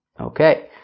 Okay